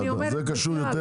אנחנו לא מתעסקים בזה.